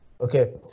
Okay